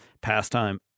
pastime